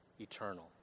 eternal